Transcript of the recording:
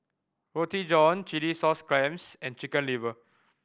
Roti John chilli sauce clams and Chicken Liver